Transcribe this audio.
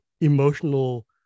emotional